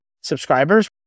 subscribers